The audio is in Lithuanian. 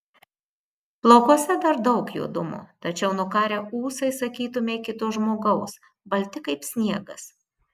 plaukuose dar daug juodumo tačiau nukarę ūsai sakytumei kito žmogaus balti kaip sniegas